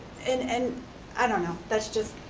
and and i don't know, that's just